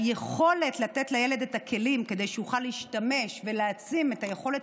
היכולת לתת לילד את הכלים כדי שיוכל להשתמש בהם ולהעצים את היכולות